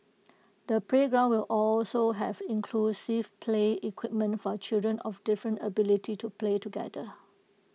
the playground will also have inclusive play equipment for children of different abilities to play together